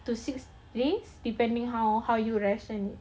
to six days depending on how you ration